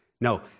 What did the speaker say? No